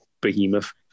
behemoth